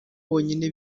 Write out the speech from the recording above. bonyine